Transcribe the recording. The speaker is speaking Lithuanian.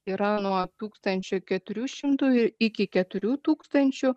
yra nuo tūkstančio keturių šimtų iki keturių tūkstančių